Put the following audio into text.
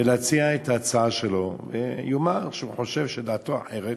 ולהציע את ההצעה שלו, ויאמר שהוא חושב שדעתו אחרת,